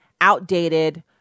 outdated